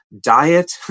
diet